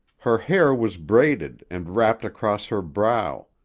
her hair was braided and wrapped across her brow,